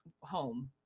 home